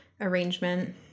arrangement